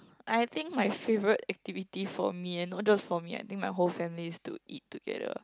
I think my favourite activity for me and not just for me I think my whole family is to eat together